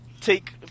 take